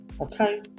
okay